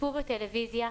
צפו בטלוויזיה,